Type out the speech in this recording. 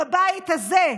בבית הזה,